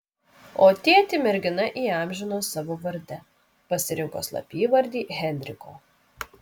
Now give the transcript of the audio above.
o tėtį mergina įamžino savo varde pasirinko slapyvardį henriko